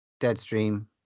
Deadstream